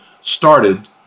started